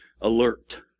alert